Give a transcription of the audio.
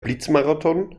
blitzmarathon